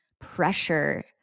pressure